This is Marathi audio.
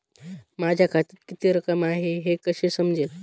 माझ्या खात्यात किती रक्कम आहे हे कसे समजेल?